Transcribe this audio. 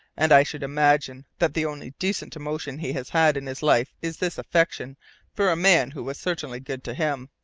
and i should imagine that the only decent emotion he has had in his life is this affection for a man who was certainly good to him,